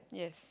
yes